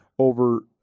over